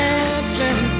Dancing